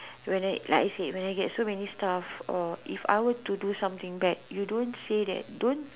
when I like I said when I get so many stuff or if I were to do something back you don't say that don't